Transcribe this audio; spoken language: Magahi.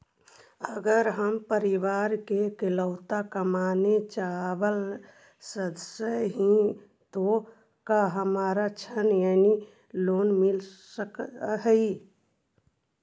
अगर हम परिवार के इकलौता कमाने चावल सदस्य ही तो का हमरा ऋण यानी लोन मिल सक हई?